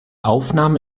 aufnahme